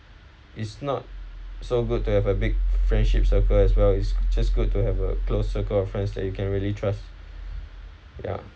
it's not so good to have a big friendship circle as well it's just good to have a close circle of friends that you can really trust ya